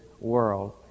world